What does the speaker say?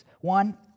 One